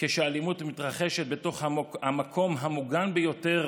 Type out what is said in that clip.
כשהאלימות מתרחשת בתוך המקום המוגן ביותר,